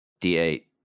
D8